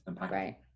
right